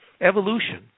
evolution